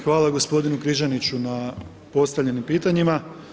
Hvala gospodinu Križaniću na postavljenim pitanjima.